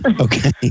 Okay